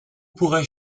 pourrais